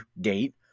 date